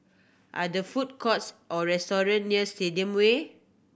are there food courts or restaurant near Stadium Way